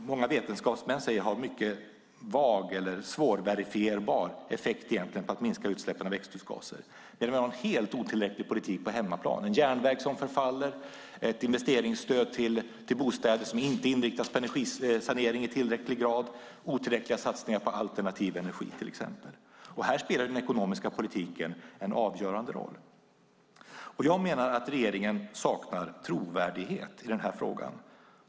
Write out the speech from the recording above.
Många vetenskapsmän säger att detta har en mycket vag eller svårverifierbar effekt för att minska utsläppen av växthusgaser. Vi har en helt otillräcklig politik på hemmaplan. Vi har en järnväg som förfaller, ett investeringsstöd till bostäder som inte inriktas på energisanering i tillräcklig grad och otillräckliga satsningar på alternativ energi till exempel. Här spelar den ekonomiska politiken en avgörande roll. Jag menar att regeringen saknar trovärdighet i den här frågan.